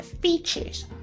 features